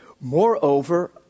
Moreover